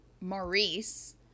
Maurice